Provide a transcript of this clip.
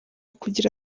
kugira